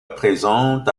présent